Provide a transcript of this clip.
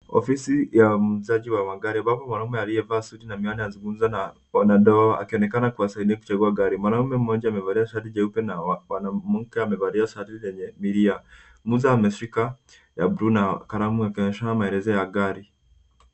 Ofisi ya muuzaji wa magari ambapo mwanaume aliyevaa suti na miwani anazungumza na wanandoa akionekana kuwasaidia kuchagua gari. Mwanaume mmoja amevalia shati jeupe na mwamke amevalia shati lenye milia. Muuza ameshika ya buluu na kalamu yake akionyesha maelezo ya gari.